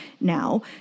now